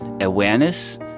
awareness